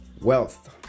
Wealth